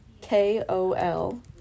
K-O-L